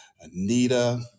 Anita